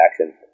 action